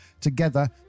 together